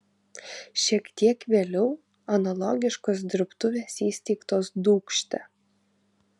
šiek tiek vėliau analogiškos dirbtuvės įsteigtos dūkšte